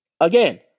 Again